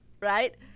right